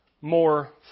more